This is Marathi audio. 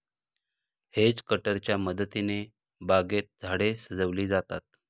हेज कटरच्या मदतीने बागेत झाडे सजविली जातात